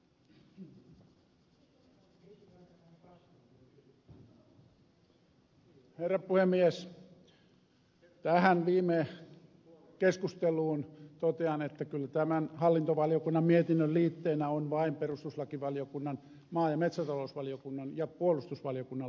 tähän viime keskusteluun totean että kyllä tämän hallintovaliokunnan mietinnön liitteenä on vain perustuslakivaliokunnan maa ja metsätalousvaliokunnan ja puolustusvaliokunnan lausunnot